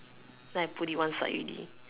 then I put it one side already